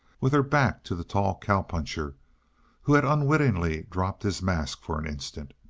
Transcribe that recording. with her back to the tall cow-puncher who had unwittingly dropped his mask for an instant.